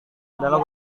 adalah